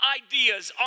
ideas